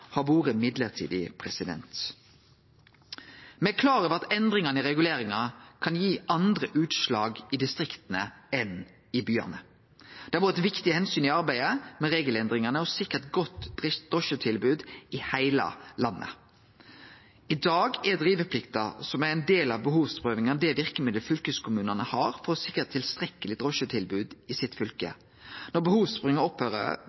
har vore mellombels. Me er klar over at endringane i reguleringa kan gi andre utslag i distrikta enn i byane. Det har vore eit viktig omsyn i arbeidet med regelendringane å sikre eit godt drosjetilbod i heile landet. I dag er driveplikta, som er ein del av behovsprøvinga, det verkemiddelet fylkeskommunane har for å sikre eit tilstrekkeleg drosjetilbod i fylket sitt.